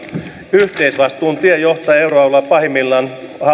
yhteisvastuun tie johtaa euroalueella pahimmillaan